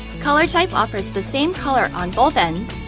color type offers the same color on both ends,